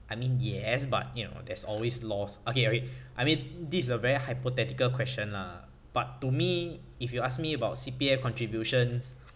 I mean yes but you know there's always loss okay okay I mean this is a very hypothetical question lah but to me if you ask me about C_P_F contributions